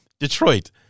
Detroit